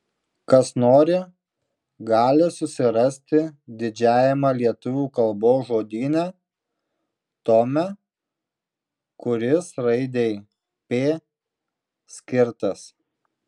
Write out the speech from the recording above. kas nori gali susirasti didžiajame lietuvių kalbos žodyne tome kuris raidei p skirtas